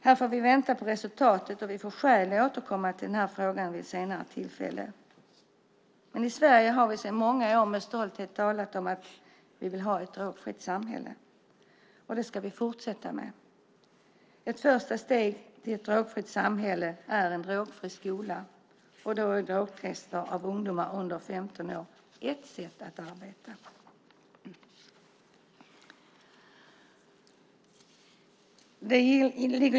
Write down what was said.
Här får vi vänta på resultatet, och vi får skäl att återkomma till frågan vid ett senare tillfälle. I Sverige har vi sedan många år med stolthet talat om att vi vill ha ett drogfritt samhälle. Det ska vi fortsätta med. Ett första steg till ett drogfritt samhälle är en drogfri skola, och då är drogtester av ungdomar under 15 år ett sätt att arbeta.